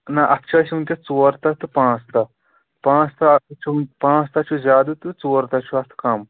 نہٕ اَتھ چھ اَسہِ وُنکیٚس ژور تہہ تہٕ پانٛژھ تہہ پانٛژھ تہہ چھُ زیٛادٕ تہٕ ژور تہہ چھُ اتھ کم